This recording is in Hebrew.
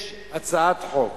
יש הצעת חוק